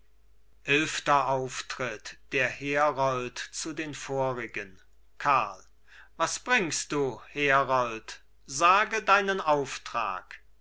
eilfter auftritt der herold zu den vorigen karl was bringst du herold sage deinen auftrag